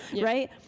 right